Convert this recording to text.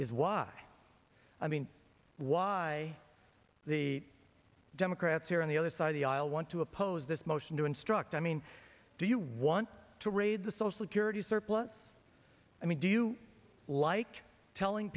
is why i mean why the democrats here on the other side of the aisle want to oppose this motion to instruct i mean do you want to raid the social security surplus i mean do you like telling